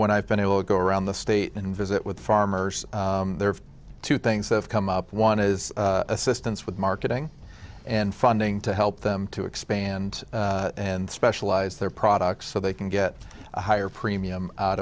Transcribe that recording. when i've been able to go around the state and visit with farmers there are two things have come up one is assistance with marketing and funding to help them to expand and specialize their products so they can get a higher premium out